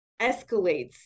escalates